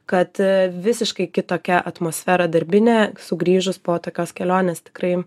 kad visiškai kitokia atmosfera darbinė sugrįžus po tokios kelionės tikrai